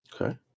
Okay